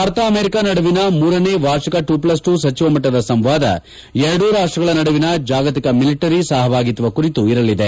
Bharat America ನಡುವಿನ ಮೂರನೇ ವಾರ್ಷಿಕ ಟು ಫ್ಲಸ್ ಟು ಸಚಿವ ಮಟ್ಲದ ಸಂವಾದ ಎರಡೂ ರಾಷ್ಲಗಳ ನಡುವಿನ ಜಾಗತಿಕ ಮಿಲಿಟರಿ ಸಹಭಾಗಿತ್ವ ಕುರಿತು ಇರಲಿದೆ